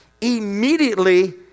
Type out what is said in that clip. immediately